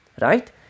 right